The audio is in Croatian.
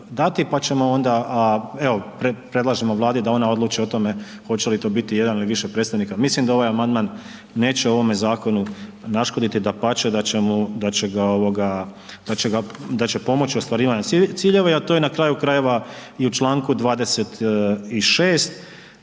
pa ćemo onda a, evo predlažemo Vladi da ona odluči o tome hoće li to biti jedan ili više predstavnika. Mislim da ovaj amandman neće ovome zakonu naškoditi, dapače da će mu, da će ga ovoga, da će ga, da će pomoći ostvarivanju ciljeva, a to je na kraju krajeva i u čl. 26.